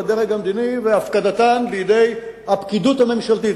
הדרג המדיני ולהפקדתן בידי הפקידות הממשלתית.